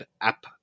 app